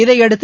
இதனையடுத்து